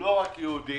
לא רק יהודים.